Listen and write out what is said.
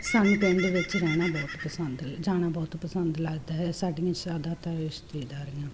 ਸਾਨੂੰ ਪਿੰਡ ਵਿੱਚ ਰਹਿਣਾ ਬਹੁਤ ਪਸੰਦ ਜਾਣਾ ਬਹੁਤ ਪਸੰਦ ਲੱਗਦਾ ਸਾਡੀਆਂ ਜ਼ਿਆਦਾਤਰ ਰਿਸ਼ਤੇਦਾਰੀਆਂ